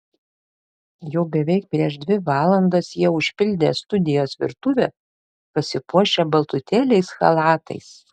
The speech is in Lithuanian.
jau beveik prieš dvi valandas jie užpildė studijos virtuvę pasipuošę baltutėliais chalatais